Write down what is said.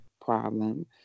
problem